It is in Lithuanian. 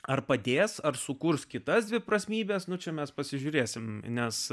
ar padės ar sukurs kitas dviprasmybes nu čia mes pasižiūrėsime nes